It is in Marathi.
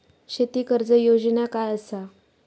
शेती कर्ज योजना काय असा?